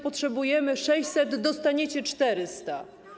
Potrzebujemy 600. Dostaniecie 400.